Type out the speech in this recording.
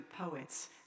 poets